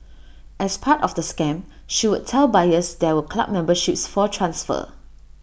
as part of the scam she would tell buyers there were club memberships for transfer